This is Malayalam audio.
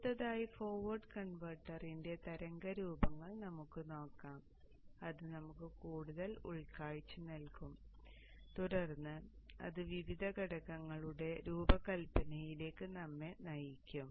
അടുത്തതായി ഫോർവേഡ് കൺവെർട്ടറിന്റെ തരംഗ രൂപങ്ങൾ നമുക്ക് നോക്കാം അത് നമുക്ക് കൂടുതൽ ഉൾക്കാഴ്ച നൽകും തുടർന്ന് അത് വിവിധ ഘടകങ്ങളുടെ രൂപകൽപ്പനയിലേക്ക് നമ്മെ നയിക്കും